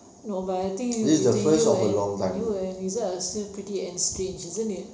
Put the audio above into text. no but I think you between you and you and izat are still pretty estranged isn't it